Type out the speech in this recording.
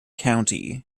county